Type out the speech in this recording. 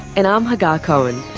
and i'm hagar cohen